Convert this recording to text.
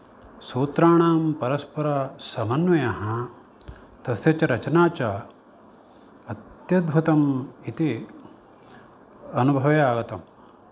सूत्राणां परस्परसमन्वयः तस्य च रचना च अत्यद्भुतम् इति अनुभवे आगतम्